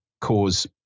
cause